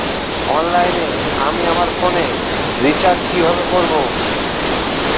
অনলাইনে আমি আমার ফোনে রিচার্জ কিভাবে করব?